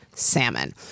salmon